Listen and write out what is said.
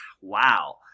wow